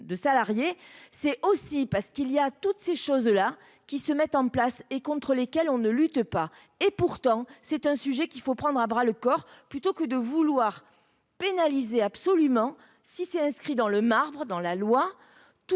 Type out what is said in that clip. de salariés, c'est aussi parce qu'il y a toutes ces choses là qui se mettent en place et contre lesquels on ne lutte pas, et pourtant c'est un sujet qu'il faut prendre à bras le corps, plutôt que de vouloir pénaliser absolument si c'est inscrit dans le marbre dans la loi,